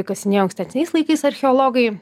kasinėjo ankstesniais laikais archeologai